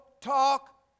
talk